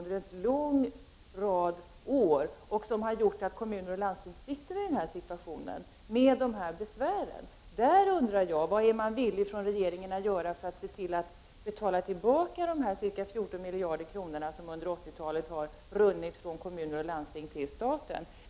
Det har gjort att kommuner och landsting befin ner sig i en besvärlig situation. Vad är man från regeringens sida villig att göra för att betala tillbaka de ca 14 miljarder kronor som under 1980-talet har runnit från kommuner och landsting till staten?